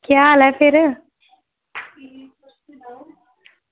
केह् हाल ऐ फिर